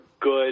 good